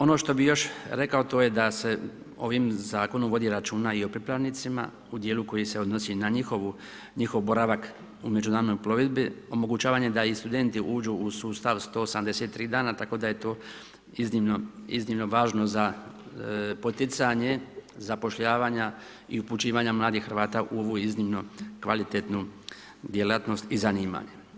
Ono što bih još rekao a to je da se ovim zakonom vodi računa i o pripravnicima u dijelu koji se odnosi na njihov boravak u međunarodnoj plovidbi, omogućavanje da i studenti uđu u sustav 183 dana, tako da je to iznimno važno za poticanje zapošljavanja i upućivanja mladih Hrvata u ovu iznimno kvalitetnu djelatnost i zanimanje.